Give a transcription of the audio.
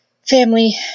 family